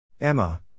Emma